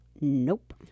Nope